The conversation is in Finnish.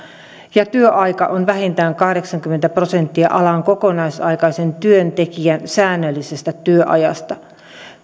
ja työajan on oltava vähintään kahdeksankymmentä prosenttia alan kokonaisaikaisen työntekijän säännöllisestä työajasta